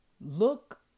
look